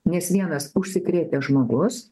nes vienas užsikrėtęs žmogus